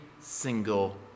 single